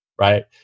right